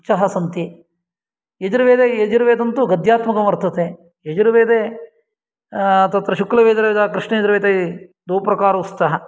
अचः सन्ति यजुर्वेदे यजुर्वेदं तु गद्यात्मकं वर्तते यजुर्वेदे तत्र शुक्लयजुर्वेदः कृष्णयजुर्वेदः द्वौ प्रकारौ स्तः